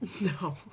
No